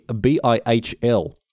B-I-H-L